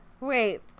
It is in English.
Wait